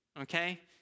okay